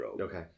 Okay